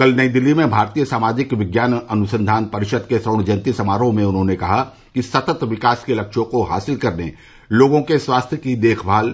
कल नई दिल्ली में भारतीय सामाजिक विज्ञान अनुसंधान परिषद के स्वर्ण जयंती समारोह में उन्होंने कहा कि सतत विकास के लक्ष्यों को हासिल करने लोगों के स्वास्थ्य की देखमाल